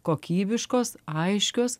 kokybiškos aiškios